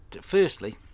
firstly